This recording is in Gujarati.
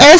એસ